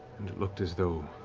and it looked as though,